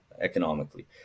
economically